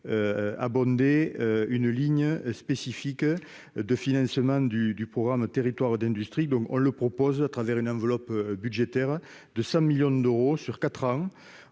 abondé une ligne spécifique de financement du du programme territoires d'industrie, donc on le propose à travers une enveloppe budgétaire de 5 millions d'euros sur 4 ans